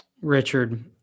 richard